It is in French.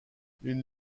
une